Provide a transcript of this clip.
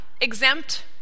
exempt